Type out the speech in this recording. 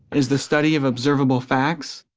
is the study of observable facts,